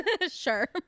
sure